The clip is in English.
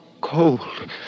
cold